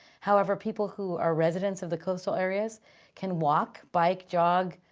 however, people who are residents of the coastal areas can walk, bike, jog,